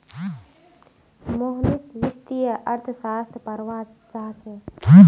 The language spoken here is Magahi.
मोहनीश वित्तीय अर्थशास्त्र पढ़वा चाह छ